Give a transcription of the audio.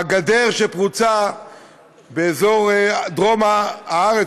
הגדר שפרוצה באזור דרום הארץ,